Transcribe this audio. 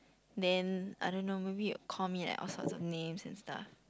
then I don't know maybe will call me like all sorts of name and stuff